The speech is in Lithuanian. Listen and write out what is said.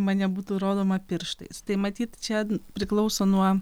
į mane būtų rodoma pirštais tai matyt čia priklauso nuo